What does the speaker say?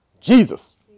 Jesus